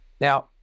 Now